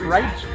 Right